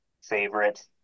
favorite